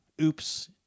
Oops